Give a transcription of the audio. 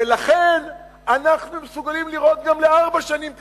ולכן אנחנו מסוגלים לראות גם לארבע שנים קדימה,